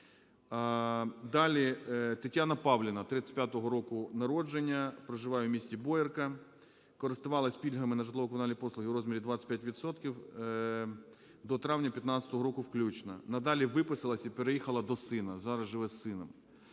Далі. Тетяна Павлівна, 1935 року народження, проживає в місті Боярка. Користувалась пільгами на житлово-комунальні послуги в розмірі 25 відсотків до травня 2015 року включно, надалі виписалась і переїхала до сина, зараз живе з сином.